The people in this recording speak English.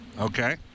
Okay